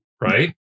right